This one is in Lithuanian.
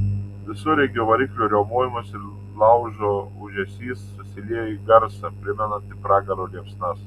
visureigio variklio riaumojimas ir laužo ūžesys susiliejo į garsą primenantį pragaro liepsnas